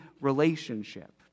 relationship